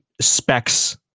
Specs